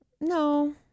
No